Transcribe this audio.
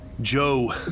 Joe